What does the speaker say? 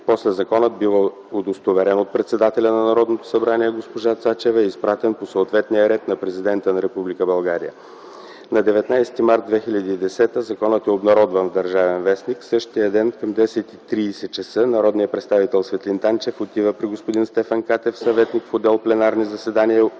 После законът бива удостоверен от председателя на Народното събрание госпожа Цецка Цачева и изпратен по съответния ред на президента на Република България. На 19.03.2010 г. законът е обнародван в „Държавен вестник”. Същия ден, към 10.30 часа, народния представител Светлин Танчев отива при господин Стефан Катев, съветник в отдел „Пленарни заседания”,